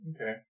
Okay